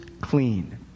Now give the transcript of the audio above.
clean